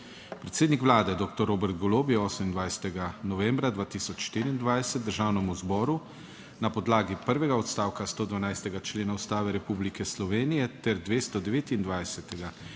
Predsednik Vlade doktor Robert Golob je 28. novembra 2024 Državnemu zboru na podlagi prvega odstavka 112. člena Ustave Republike Slovenije ter 229.